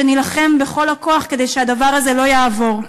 ונילחם בכל הכוח כדי שהדבר הזה לא יעבור.